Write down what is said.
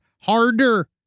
harder